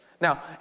Now